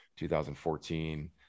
2014